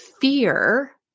fear